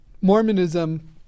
mormonism